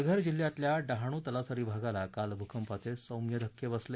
पालघर जिल्ह्यातल्या डहाणू तलासरी भागाला काल भूकंपाचे सौम्य धक्के बसले